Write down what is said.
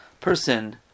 Person